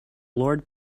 lord